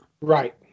Right